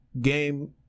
game